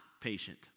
patient